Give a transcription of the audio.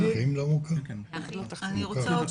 הוא צודק.